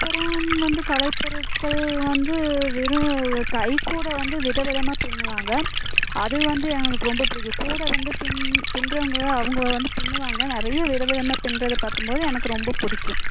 அப்பறம் வந்து கலை பொருட்கள் வந்து வெறும் கைக்கூட வந்து வித விதமாக பின்னுவாங்க அது வந்து எங்களுக்கு ரொம்ப பிடிக்கும் கூட வந்து பின் பின்றவங்க அவங்க வந்து பின்னுவாங்க நிறைய விதமாக விதமாக பின்றத பார்த்தும்போது எனக்கு ரொம்ப பிடிக்கும்